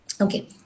Okay